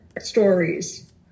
stories